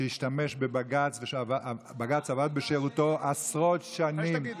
שהשתמש בבג"ץ ושבג"ץ עבד בשירותו עשרות שנים.